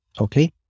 okay